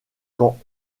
qu’en